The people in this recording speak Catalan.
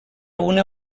una